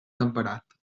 temperat